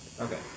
Okay